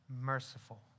Merciful